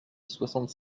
soixante